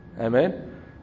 Amen